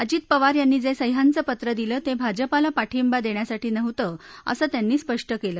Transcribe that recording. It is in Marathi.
अजित पवार यांनी जे सह्याचं पत्र दिलं ते भाजपाला पाठिंबा देण्यासाठी नव्हतं असं त्यांनी स्पष्ट केलं